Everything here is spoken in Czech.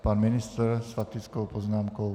Pan ministr s faktickou poznámkou.